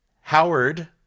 Howard